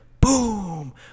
Boom